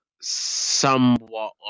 somewhat